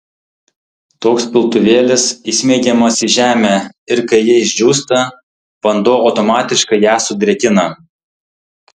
toks piltuvėlis įsmeigiamas į žemę ir kai ji išdžiūsta vanduo automatiškai ją sudrėkina